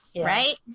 Right